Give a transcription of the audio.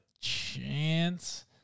chance